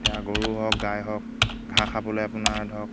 এতিয়া গৰু হওক গাই হওক ঘাঁহ খাবলৈ আপোনাৰ ধৰক